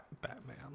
Batman